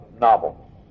novel